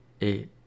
eight